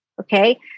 Okay